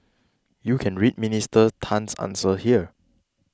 you can read Minister Tan's answer here